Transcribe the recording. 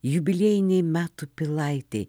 jubiliejinėj metų pilaitėj